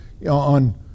On